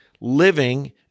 living